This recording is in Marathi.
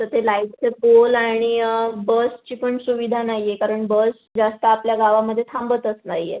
तर ते लाईटचं पोल आणि बसची पण सुविधा नाही आहे कारण बस जास्त आपल्या गावामध्ये थांबतच नाही आहेत